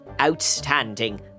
outstanding